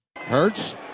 Hertz